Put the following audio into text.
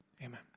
Amen